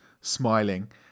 smiling